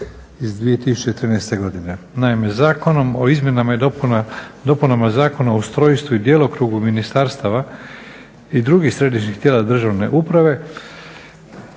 iz 2013. godine.